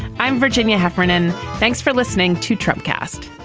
i'm virginia heffernan. thanks for listening to trump cast